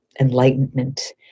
enlightenment